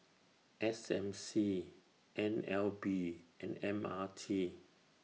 S M C N L B and M R T